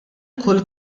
kull